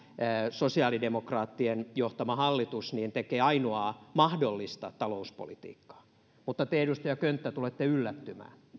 sosiaalidemokraattien johtama hallitus tekee ainoaa mahdollista talouspolitiikkaa mutta te edustaja könttä tulette yllättymään